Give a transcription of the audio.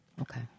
Okay